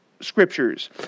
scriptures